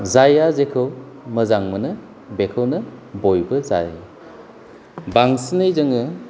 जाया जेखौ मोजां मोनो बेखौनो बयबो जायो बांसिनै जोङो